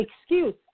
excuse